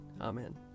Amen